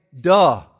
duh